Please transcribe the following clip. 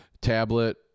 tablet